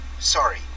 Sorry